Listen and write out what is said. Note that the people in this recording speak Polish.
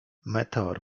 meteor